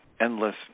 endless